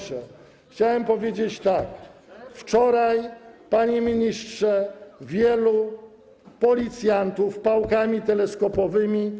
Chciałem powiedzieć tak: wczoraj, panie ministrze, wielu policjantów biło ludzi pałkami teleskopowymi.